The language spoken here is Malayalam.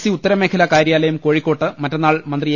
സി ഉത്തരമേഖലാ കാർ്യാലയം കോഴിക്കോട്ട് മറ്റന്നാൾ മന്ത്രി എ